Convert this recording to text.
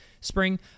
spring